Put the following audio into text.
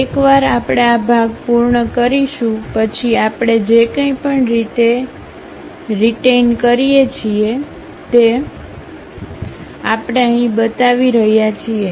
એકવાર આપણે આ ભાગ પૂર્ણ કરીશું પછી આપણે જે કંઈપણ રીતેઈન કરીએ છીએ તે આપણે અહીં બતાવી રહ્યા છીએ